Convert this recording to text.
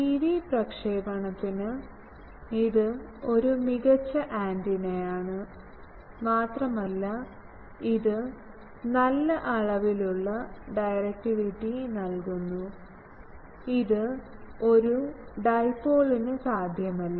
TV പ്രക്ഷേപണത്തിന് ഇത് ഒരു മികച്ച ആന്റിനയാണ് മാത്രമല്ല ഇത് നല്ല അളവിലുള്ള ഡയറക്റ്റിവിറ്റി നൽകുന്നു ഇത് ഒരു ഡൈപോളിന് സാധ്യമല്ല